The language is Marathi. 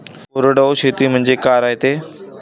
कोरडवाहू शेती म्हनजे का रायते?